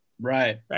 Right